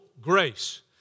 grace